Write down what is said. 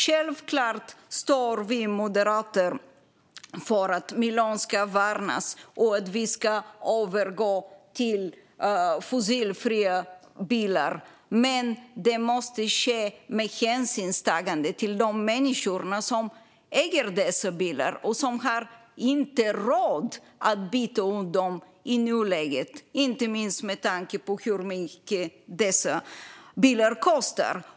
Självklart står vi moderater för att miljön ska värnas och att vi ska övergå till fossilfria bilar, men det måste ske med hänsynstagande till de människor som äger dessa bilar och som i nuläget inte har råd att byta ut dem. Det gäller inte minst med tanke på hur mycket dessa bilar kostar.